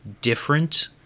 different